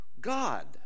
God